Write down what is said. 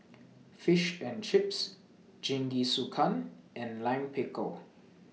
Fish and Chips Jingisukan and Lime Pickle